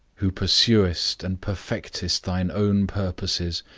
who pursuest and perfectest thine own purposes,